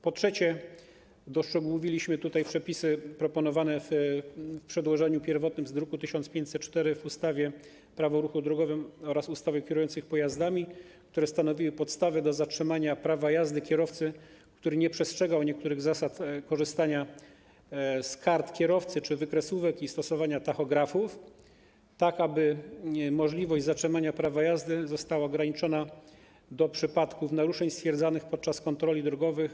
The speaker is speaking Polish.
Po trzecie, doszczegółowiliśmy przepisy proponowane w pierwotnym przedłożeniu z druku nr 1504 w ustawie - Prawo o ruchu drogowym oraz ustawie o kierujących pojazdami, które stanowiły podstawę do zatrzymania prawa jazdy kierowcy, który nie przestrzega niektórych zasad korzystania z kart kierowcy czy wykresówek i stosowania tachografów, tak aby możliwość zatrzymania prawa jazdy została ograniczona do przypadków naruszeń stwierdzanych podczas kontroli drogowych.